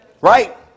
Right